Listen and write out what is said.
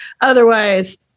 otherwise